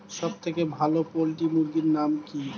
সবথেকে ভালো পোল্ট্রি মুরগির নাম কি?